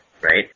right